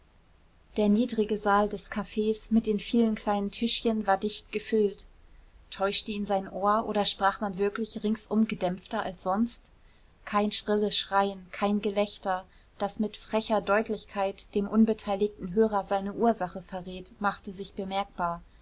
der niedrige saal des cafs mit den vielen kleinen tischchen war dicht gefüllt täuschte ihn sein ohr oder sprach man wirklich ringsum gedämpfter als sonst kein schrilles schreien kein gelächter das mit frecher deutlichkeit dem unbeteiligten hörer seine ursache verrät machte sich bemerkbar